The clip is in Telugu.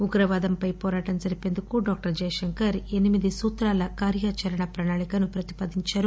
ఉగ్రవాదంపై పోరాటం జరిపేందుకు డాక్టర్ శంకర్ ఎనిమిది సూత్రాల కార్యాచరణ ప్రణాళికను ప్రతిపాదించారు